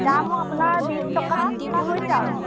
দামো আপোনাৰ বিছ টকা হৈছে আৰু